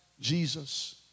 Jesus